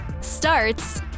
starts